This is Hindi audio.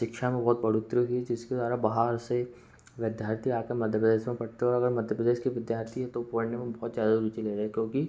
सिक्षा में बहुत बढ़ोतरी हुई जिसके द्वारा बाहर से विद्यार्थी आ कर मध्य प्रदेश में पढ़ते और अगर मध्य प्रदेश के विद्यार्थी हैं तो वो पढ़ने में बहुत ज़्यादा रुचि ले रहें क्योंकि